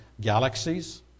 galaxies